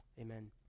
Amen